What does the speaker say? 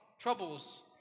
troubles